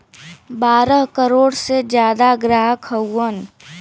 बारह करोड़ से जादा ग्राहक हउवन